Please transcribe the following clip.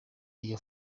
iyo